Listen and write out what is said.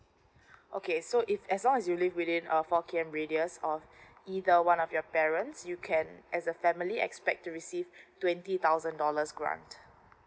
okay so if as long as you live within err four K_M radius of either one of your parents you can as a family expect to receive twenty thousand dollars grant